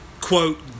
quote